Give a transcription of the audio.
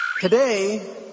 Today